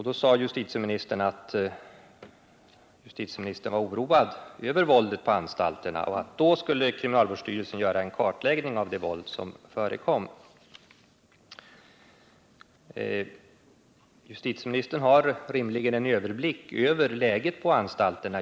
Då sade justitieministern att han var oroad över våldet på anstalterna och att kriminalvårdsstyrelsen skulle göra en kartläggning av det våld som förekom. Justitieministern har rimligen en överblick över läget just nu på anstalterna.